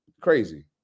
Crazy